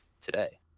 today